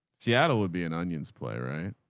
seattle would be an onion's play. right?